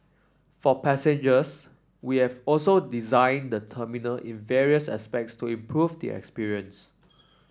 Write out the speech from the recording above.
for passengers we have also designed the terminal in various aspects to improve the experience